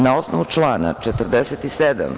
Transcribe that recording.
Na osnovu člana 47.